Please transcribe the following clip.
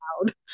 loud